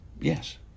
Yes